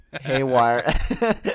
haywire